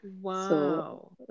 Wow